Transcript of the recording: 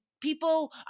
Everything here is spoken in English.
people